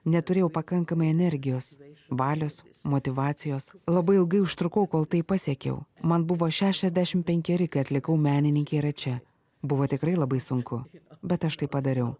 neturėjau pakankamai energijos valios motyvacijos labai ilgai užtrukau kol tai pasiekiau man buvo šešiasdešim penkeri kai atlikau menininkė yra čia buvo tikrai labai sunku bet aš tai padariau